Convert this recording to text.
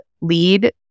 lead